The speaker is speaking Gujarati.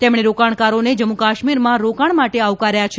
તેમણે રોકાણકારોને જમ્મુ કાશ્મીરમાં રોકાણ માટે આવકાર્યા છે